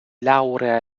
laura